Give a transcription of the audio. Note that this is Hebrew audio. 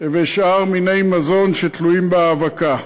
ושאר מיני מזון התלויים בהאבקה.